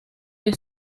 que